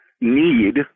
need